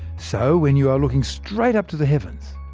so when you are looking straight up to the heavens,